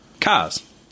cars